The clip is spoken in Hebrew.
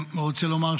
העמיד, זאת אומרת